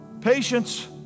patience